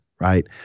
Right